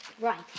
Right